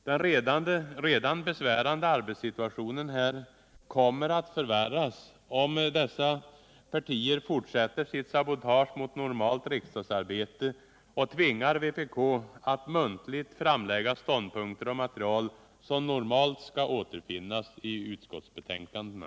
Den redan besvärande arbetssituationen här kommer att förvärras, om dessa partier fortsätter sitt sabotage mot normalt riksdagsarbete och tvingar vpk att muntligt framlägga synpunkter och material som normalt skall återfinnas i utskottsbetänkandena.